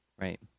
right